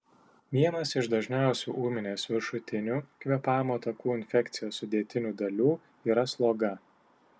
vienas iš dažniausių ūminės viršutinių kvėpavimo takų infekcijos sudėtinių dalių yra sloga